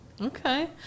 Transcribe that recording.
Okay